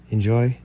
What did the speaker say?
Enjoy